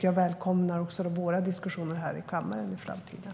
Jag välkomnar också våra diskussioner här i kammaren i framtiden.